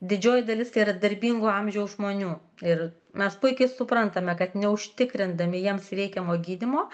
didžioji dalis tai yra darbingo amžiaus žmonių ir mes puikiai suprantame kad neužtikrindami jiems reikiamo gydymo